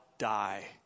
die